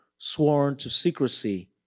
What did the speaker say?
sworn to secrecy,